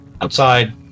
Outside